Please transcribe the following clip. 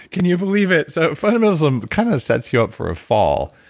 can you believe it? so fundamentalism kind of sets you up for a fall